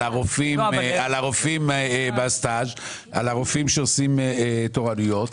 הרופאים בסטאז' על הרופאים שעושים תורנויות,